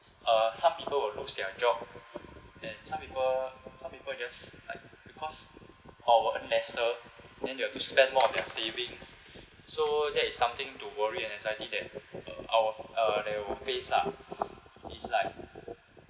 s~ uh some people will lose their job and some people some people just like because or will earn lesser then they'll have to spend more of their savings so that is something to worry and anxiety that uh our uh they will face lah it's like